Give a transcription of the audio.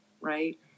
right